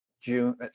June